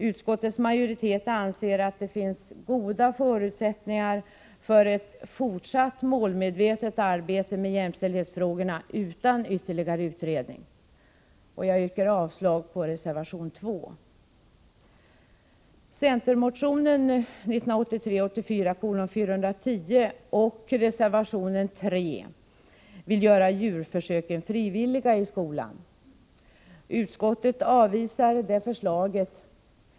Utskottets majoritet anser att det finns goda förutsättningar för ett fortsatt målmedvetet arbete med jämställdhetsfrågorna utan ytterligare utredning. Jag yrkar avslag på reservation 2. Centermotion 1983/84:410 och reservation 3 vill göra djurförsöken frivilliga i skolan. Utskottet avvisar det förslaget.